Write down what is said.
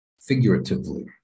figuratively